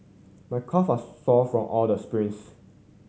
my calve are sore from all the springs